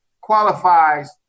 qualifies